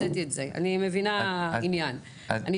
הוצאתי את עניין הפיקוח, אני מבינה עניין.